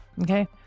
Okay